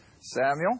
Samuel